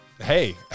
Hey